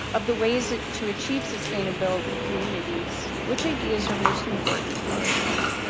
of the ways to achieve sustainable communities which ideas are most important for county?